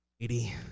lady